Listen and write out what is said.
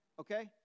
okay